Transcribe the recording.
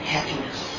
Happiness